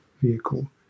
vehicle